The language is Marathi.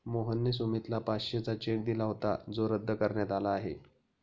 मोहनने सुमितला पाचशेचा चेक दिला होता जो रद्द करण्यात आला आहे